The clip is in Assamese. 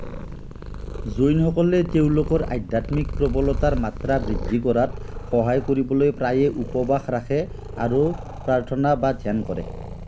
জৈনসকলে তেওঁলোকৰ আধ্যাত্মিক প্ৰৱলতাৰ মাত্ৰা বৃদ্ধি কৰাত সহায় কৰিবলৈ প্ৰায়ে উপবাস ৰাখে আৰু প্ৰাৰ্থনা বা ধ্যান কৰে